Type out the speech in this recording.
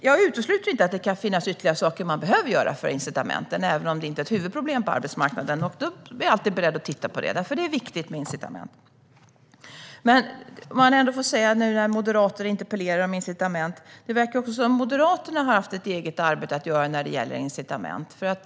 Jag utesluter inte att det kan finnas ytterligare saker man behöver göra för incitament, även om det inte är ett huvudproblem på arbetsmarknaden. Jag är alltid beredd att titta på det, för det är viktigt med incitament. Men det verkar som om också Moderaterna har haft ett eget arbete att göra när det gäller incitament.